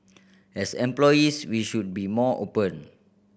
as employees we should be more open